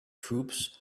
troops